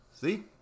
See